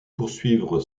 poursuivre